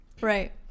right